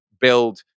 build